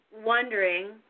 wondering